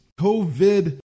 COVID